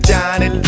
Johnny